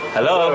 Hello